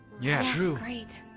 yes. true. great.